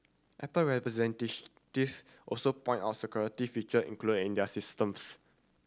apple also pointed out security feature included in their systems